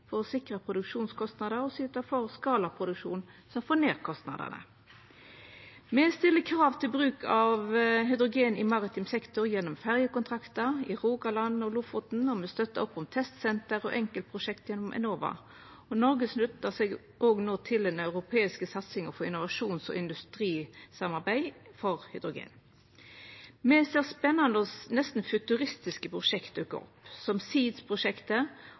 for å redusera produksjonskostnader og syta for skalaproduksjon som får ned kostnadene. Me stiller krav til bruk av hydrogen i maritim sektor gjennom ferjekontraktar i Rogaland og i Lofoten, og me støttar opp om testsenter og enkeltprosjekt gjennom Enova. Noreg sluttar seg òg no til den europeiske satsinga på innovasjons- og industrisamarbeid for hydrogen. Me ser spennande og nesten futuristiske prosjekt dukka opp, som